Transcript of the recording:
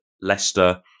Leicester